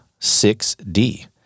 6D